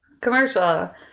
Commercial